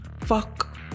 Fuck